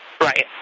Right